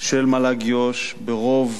של מל"ג יו"ש ברוב